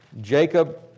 Jacob